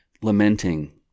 lamenting